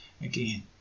again